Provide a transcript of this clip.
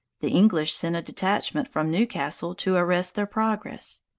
the english sent a detachment from newcastle to arrest their progress.